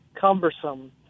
cumbersome